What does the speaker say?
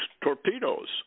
torpedoes